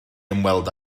ymweld